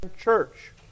Church